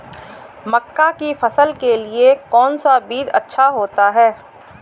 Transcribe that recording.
मक्का की फसल के लिए कौन सा बीज अच्छा होता है?